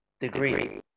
degree